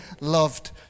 loved